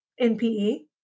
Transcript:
NPE